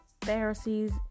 Pharisees